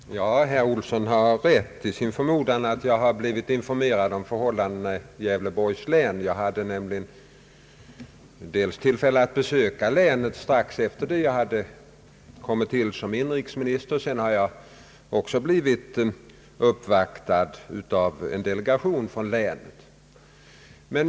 Herr talman! Herr Olsson har rätt när han förmodar att jag blivit informerad om förhållandena i Gävleborgs län. Jag hade nämligen tillfälle att besöka länet strax efter det att jag tillträtt som inrikesminister och sedan har jag också blivit uppvaktad av en delegation från länet.